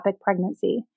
pregnancy